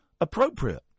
appropriate